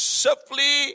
safely